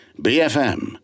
bfm